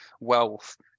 wealth